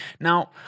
Now